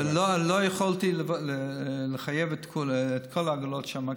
לא יכולתי לחייב את כל העגלות שם,